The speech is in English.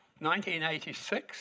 1986